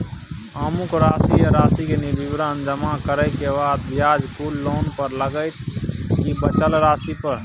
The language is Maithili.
अमुक राशि आ राशि के विवरण जमा करै के बाद ब्याज कुल लोन पर लगतै की बचल राशि पर?